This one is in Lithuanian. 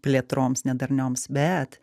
plėtroms nedarnioms bet